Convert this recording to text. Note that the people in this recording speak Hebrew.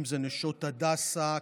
אם זה נשות הדסה,